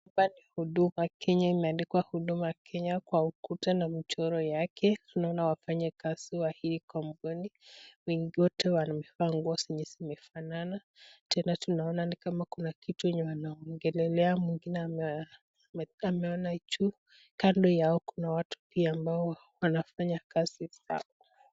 Hapa ni Huduma Kenya imeandikwa 'Huduma Kenya' kwa ukuta na michoro yake. Tunaona wafanyakazi wa hii kampuni; wengi wote wamevaa nguo zenya zinazofanana. Tena tunaona ni kama kuna kitu yenye wanaongelelea. Mwingine ameona juu. Kando yao kuna watu pia ambao wanafanya kazi zao.